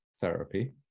therapy